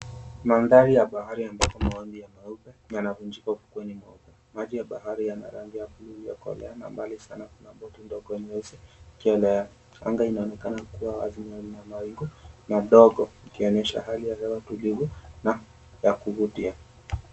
Maandhari ya bahari ambapo mawimbi ya meupe yanavunjika ufukweni. Maji ya bahari yana rangi ya buluu iliyokolea na mbali sana kuna boti ndogo nyeusi ikielea. Anga inaonekana kua wazi na lina mawingu madogo ikionyesha hali ya hewa tulivu na ya kuvutia.